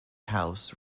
house